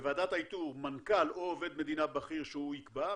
בוועדת האיתור מנכ"ל או עובד מדינה בכיר שהוא יקבע,